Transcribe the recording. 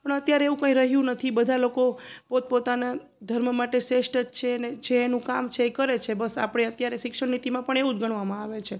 પણ અત્યારે એવું કંઈ રહ્યું નથી બધા લોકો પોત પોતાના ધર્મ માટે શ્રેષ્ઠ જ છે અને જે એનું કામ છે એ કરે છે બસ આપણે અત્યારે શિક્ષણનીતિમાં પણ એવું જ ગણવામાં આવે છે